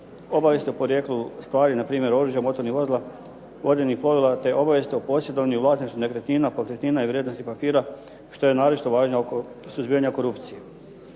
obavijesti o porijeklu stvari npr. oružja, motornih vozila, vodenih plovila te obavijest o posjedovanju i vlasništvu nekretnina, pokretnina i vrijednosnih papira što je naročito važno oko suzbijanja korupcije.